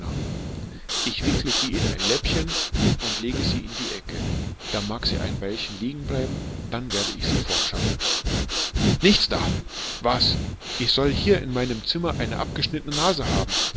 ich wickele sie in ein läppchen und lege sie in die ecke da mag sie ein weilchen liegen bleiben dann werde ich sie fortschaffen nichts da was ich sollte hier in meinem zimmer eine abgeschnittene nase haben